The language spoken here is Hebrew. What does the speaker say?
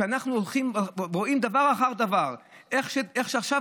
כשאנחנו רואים דבר אחר דבר, איך שעכשיו